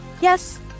Yes